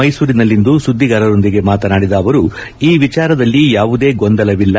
ಮೈಸೂರಿನಲ್ಲಿಂದು ಸುದ್ಗಿಗಾರರೊಂದಿಗೆ ಮಾತನಾಡಿದ ಅವರು ಈ ವಿಚಾರದಲ್ಲಿ ಯಾವುದೇ ಗೊಂದಲವಿಲ್ಲ